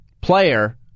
player